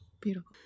Beautiful